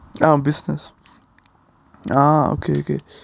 ah business ah okay okay